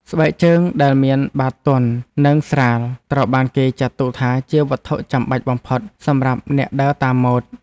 ស្បែកជើងដែលមានបាតទន់ និងស្រាលត្រូវបានគេចាត់ទុកថាជាវត្ថុចាំបាច់បំផុតសម្រាប់អ្នកដើរតាមម៉ូដ។